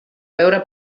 veure